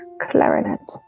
clarinet